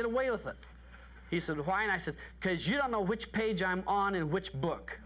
get away with it he said why and i said because you don't know which page i'm on and which book